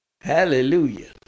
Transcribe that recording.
Hallelujah